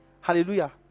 hallelujah